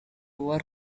work